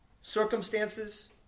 circumstances